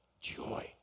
joy